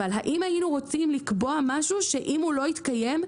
אבל האם היינו רוצים לקבוע משהו שאם הוא לא יתקיים,